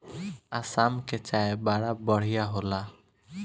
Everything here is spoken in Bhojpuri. आसाम के चाय बड़ा बढ़िया होला